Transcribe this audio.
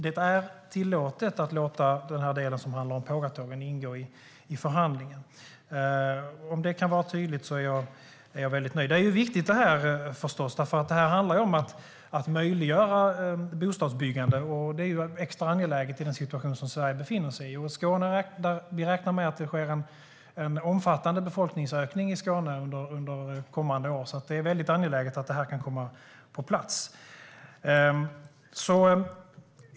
Det är alltså tillåtet att låta den här delen som handlar om pågatågen ingå i förhandlingen. Om det kan vara tydligt är jag väldigt nöjd. Det här är förstås viktigt, för det handlar om att möjliggöra bostadsbyggande, och det är ju extra angeläget i den situation som Sverige befinner sig i. Vi räknar med att det sker en omfattande befolkningsökning i Skåne under kommande år, så det är mycket angeläget att det här kan komma på plats.